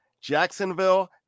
Jacksonville